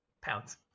pounds